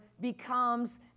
becomes